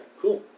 cool